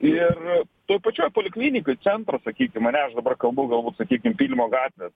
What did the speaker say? ir toj pačioj poliklinikoj centro sakykim ane aš dabar kalbu galbūt sakykim pylimo gatvės